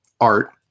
art